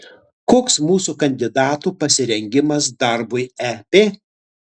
koks mūsų kandidatų pasirengimas darbui ep